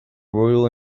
royal